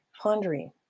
pondering